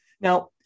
Now